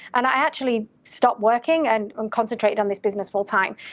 and i actually stopped working and um concentrated on this business full-time.